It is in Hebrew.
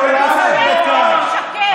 שסתם מקבל משכורת כאן,